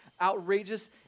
outrageous